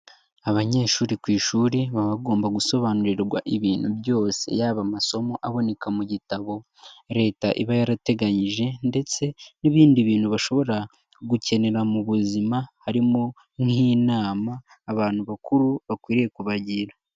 Abanyeshuri ku ishuri baba bagomba gusobanurirwa ibintu byose. Yaba amasomo aboneka mu gitabo leta iba yarateganyije, ndetse n'ibindi bintu bashobora gukenera mu buzima, harimo nk'inama, abantu bakuru bakwiriye kubagira.